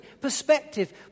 Perspective